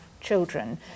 children